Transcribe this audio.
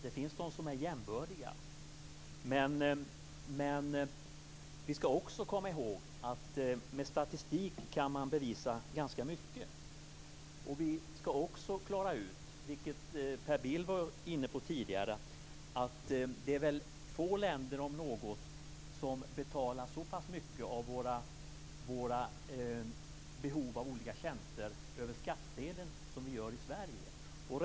Det finns länder som är jämbördiga, men vi skall också komma ihåg att med statistik kan man bevisa ganska mycket. Vi skall också klara ut - vilket också Per Bill tidigare var inne på - att det är få länder som betalar så pass mycket för olika tjänster över skattsedeln som vi gör i Sverige.